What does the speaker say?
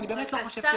למנוע.